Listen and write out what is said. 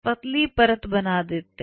पतली परत बना देता है